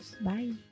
Bye